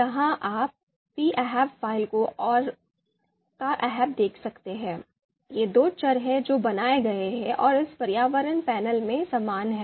यहां आप p AHP'फाइल और कार AHPदेख सकते हैं ये दो चर हैं जो बनाए गए हैं और इस पर्यावरण पैनल में समान हैं